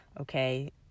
okay